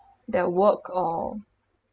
their work or